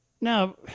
Now